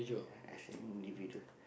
ya as an individual